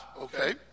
Okay